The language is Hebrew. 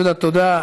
יהודה, תודה.